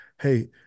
hey